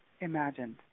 imagined